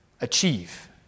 achieve